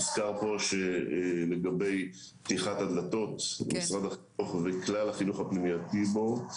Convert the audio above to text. הוזכר פה לגבי פתיחת הדלתות למשרד החינוך וכלל החינוך הפנימייתי בו.